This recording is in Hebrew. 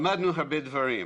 למדנו הרבה דברים.